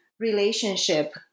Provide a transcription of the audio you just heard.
Relationship